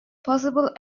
possible